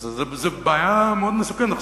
אז זאת בעיה מאוד מסוכנת.